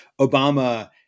Obama